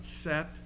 set